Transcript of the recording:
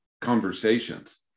conversations